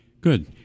Good